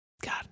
God